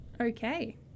Okay